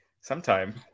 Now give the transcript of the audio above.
Sometime